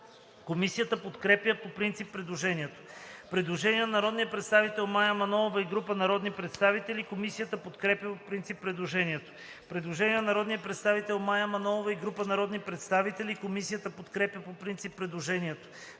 Комисията подкрепя по принцип предложението.